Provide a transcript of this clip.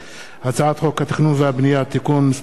הצעת חוק התכנון והבנייה (תיקון מס' 100)